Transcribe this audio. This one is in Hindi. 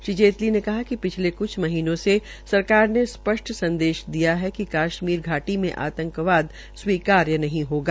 श्री जेटली ने कहा कि पिछले कुछ माह से सरकार ने स्पष्ट संदेश दिया है कि कश्मीर घाटी में आतंक वाद स्वीकार्य नहीं होगा